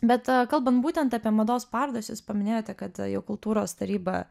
bet kalbant būtent apie mados parodas jūs paminėjote kad jau kultūros taryba